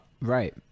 Right